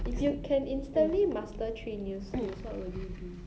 if you can instantly master three new skills what would it be